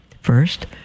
First